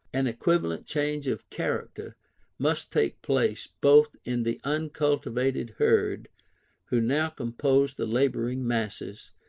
an equivalent change of character must take place both in the uncultivated herd who now compose the labouring masses,